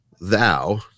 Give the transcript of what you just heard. thou –